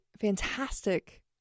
fantastic